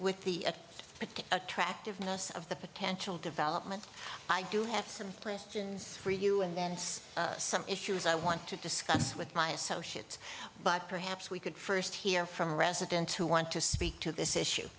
with the attractiveness of the potential development i do have some place gins for you and that's some issues i want to discuss with my associates but perhaps we could first hear from residents who want to speak to this issue